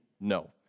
no